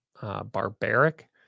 barbaric